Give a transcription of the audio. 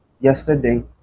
yesterday